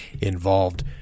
involved